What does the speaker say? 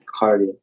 Cardio